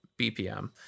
BPM